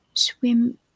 Swim